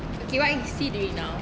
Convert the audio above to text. okay what is he doing now